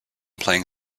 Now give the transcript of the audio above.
playing